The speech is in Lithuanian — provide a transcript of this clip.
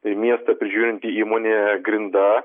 miestą prižiūrinti įmonė grinda